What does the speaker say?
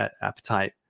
appetite